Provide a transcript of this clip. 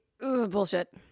bullshit